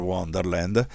Wonderland